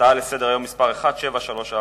הצעה לסדר-היום מס' 1734,